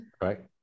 Right